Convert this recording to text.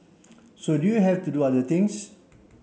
so you have to do other things